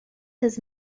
his